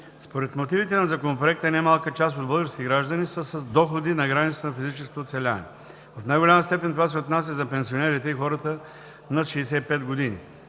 Според мотивите на Законопроекта немалка част от българските граждани са с доходи на границата на физическото оцеляване. В най-голяма степен това се отнася за пенсионерите и хората над 65 години.